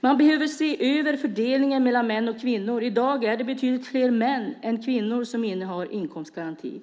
Man behöver se över fördelningen mellan män och kvinnor. I dag är det betydligt fler män än kvinnor som innehar inkomstgaranti.